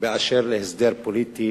באשר להסדר פוליטי